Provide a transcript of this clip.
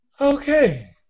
Okay